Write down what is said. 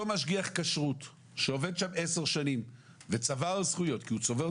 אותו משגיח כשרות שעובד שם 10 שנים וצבר זכויות,